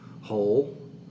whole